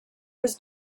was